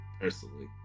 personally